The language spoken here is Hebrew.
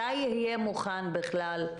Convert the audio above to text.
מתי יהיה מוכן בכלל?